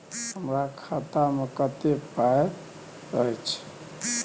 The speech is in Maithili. हमरा खाता में कत्ते पाई अएछ?